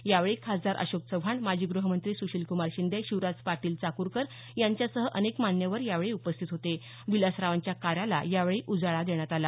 यावेळी खासदार अशोक चव्हाण माजी ग्रहमंत्री सुशीलकुमार शिंदे शिवराज पाटील चाकूरकर यांच्यासह अनेक मान्यवर यावेळी उपस्थित होते विलासरावांच्या कार्याला यावेळी उजाळा देण्यात आला